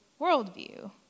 worldview